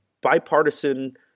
bipartisan